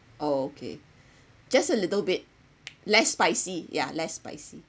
oh okay just a little bit less spicy yeah less spicy